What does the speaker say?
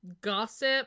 gossip